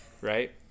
right